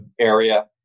area